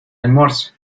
almuerzo